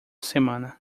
semana